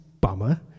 Bummer